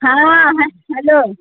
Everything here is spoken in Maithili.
हँ हेलो